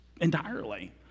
entirely